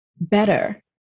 better